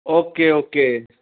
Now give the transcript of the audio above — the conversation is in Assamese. okay okay